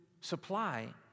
supply